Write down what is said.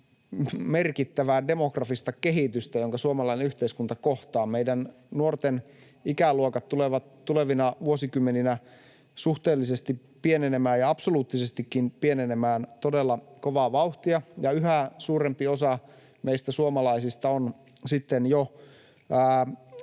merkittävää demografista kehitystä, jonka suomalainen yhteiskunta kohtaa. Meidän nuoret ikäluokat tulevat tulevina vuosikymmeninä suhteellisesti pienenemään — ja absoluuttisestikin pienenemään — todella kovaa vauhtia. Yhä suurempi osa meistä suomalaisista on sitten jo